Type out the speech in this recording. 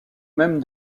même